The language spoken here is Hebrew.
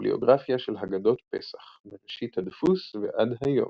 ביבליוגרפיה של הגדות פסח מראשית הדפוס ועד היום.